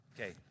Okay